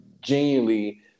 genuinely